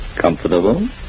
Comfortable